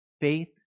faith